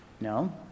No